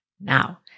Now